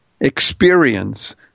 experience